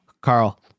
Carl